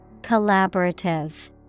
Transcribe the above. Collaborative